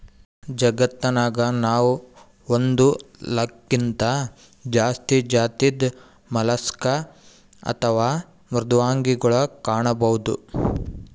ಜಗತ್ತನಾಗ್ ನಾವ್ ಒಂದ್ ಲಾಕ್ಗಿಂತಾ ಜಾಸ್ತಿ ಜಾತಿದ್ ಮಲಸ್ಕ್ ಅಥವಾ ಮೃದ್ವಂಗಿಗೊಳ್ ಕಾಣಬಹುದ್